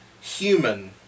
human